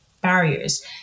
barriers